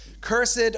cursed